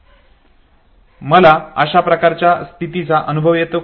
मला अशा प्रकारच्या स्थितीचा अनुभव का येतो